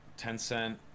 Tencent